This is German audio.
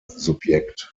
subjekt